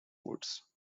woods